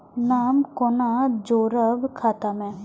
नाम कोना जोरब खाता मे